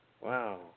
Wow